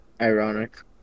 Ironic